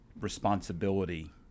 responsibility